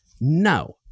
no